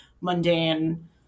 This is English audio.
mundane